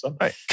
Right